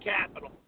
capital